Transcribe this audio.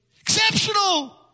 exceptional